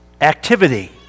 activity